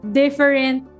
different